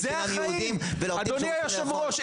שאינם יהודים ולעובדים ש --- אדוני היושב ראש,